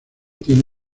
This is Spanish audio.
tiene